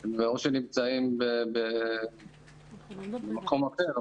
שהם או שהם נמצאים במקום אחר,